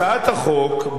הצעת החוק,